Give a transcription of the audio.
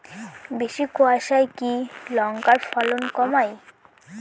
বেশি কোয়াশায় কি লঙ্কার ফলন কমায়?